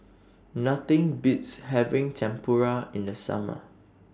Nothing Beats having Tempura in The Summer